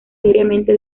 diariamente